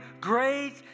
Great